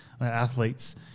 athletes